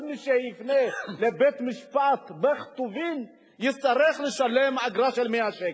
כל מי שיפנה לבית-משפט בכתובים יצטרך לשלם אגרה של 100 שקל.